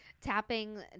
Tapping